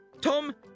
Tom